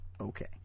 Okay